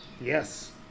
Yes